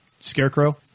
Scarecrow